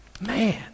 Man